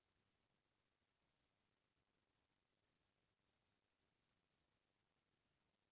reaper machine म एक घंटा म एक एकड़ के आसपास के कटई हो जाथे